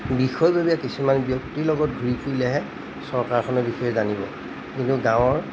বিষয়ববীয়া কিছুমান ব্যক্তিৰ লগত ঘূৰি ফুৰিলেহে চৰকাৰখনৰ বিষয়ে জানিব কিন্তু গাঁৱৰ